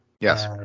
Yes